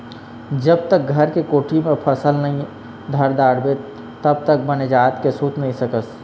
जब तक घर के कोठी म फसल ल नइ धर डारबे तब तक बने जात के सूत नइ सकस